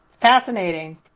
Fascinating